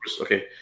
Okay